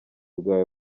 bwawe